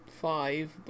five